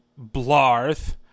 Blarth